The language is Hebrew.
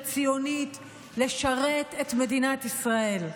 הציונית, לשרת את מדינת ישראל,